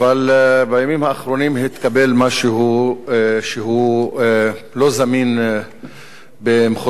אבל בימים האחרונים התקבל משהו שהוא לא זמין במחוזותינו